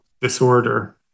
disorder